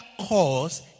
cause